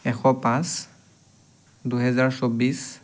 এশ পাঁচ দুহেজাৰ চৌব্বিছ